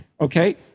okay